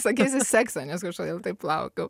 sakysi seksą nes kažkodėl taip laukiau